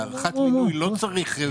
בהארכת מינוי לא צריך.